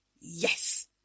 Yes